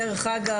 דרך אגב,